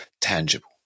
tangible